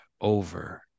over